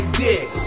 dick